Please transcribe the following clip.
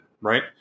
right